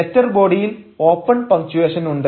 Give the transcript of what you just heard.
letter ബോഡിയിൽ open punctuation ഉണ്ട്